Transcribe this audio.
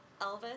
Elvis